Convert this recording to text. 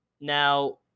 Now